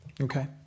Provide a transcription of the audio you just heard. Okay